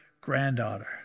granddaughter